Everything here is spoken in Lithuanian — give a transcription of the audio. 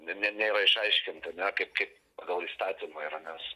ne ne nėra išaiškinta ne kaip kaip pagal įstatymą yra nes